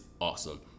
awesome